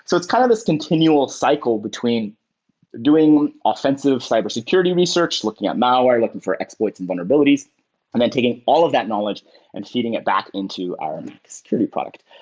so it's kind of this continual cycle between doing offensive cybersecurity research. looking at malware, looking for exploits and vulnerabilities and then taking all of that knowledge and feeding it back into our security product.